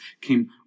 came